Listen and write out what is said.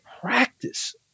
practice